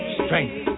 strength